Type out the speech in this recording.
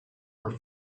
were